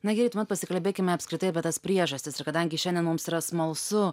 na gerai tuomet pasikalbėkime apskritai apie tas priežastis ir kadangi šiandien mums yra smalsu